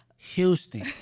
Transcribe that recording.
Houston